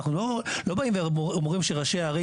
אנחנו לא באים ואומרים שראשי הערים